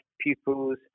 pupils